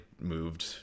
moved